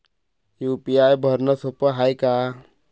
UPI भरनं सोप हाय का?